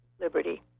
liberty